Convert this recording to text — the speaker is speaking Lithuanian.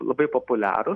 labai populiaru